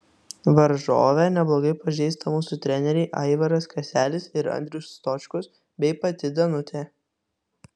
varžovę neblogai pažįsta mūsų treneriai aivaras kaselis ir andrius stočkus bei pati danutė